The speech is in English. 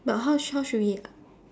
but how sh~ how should we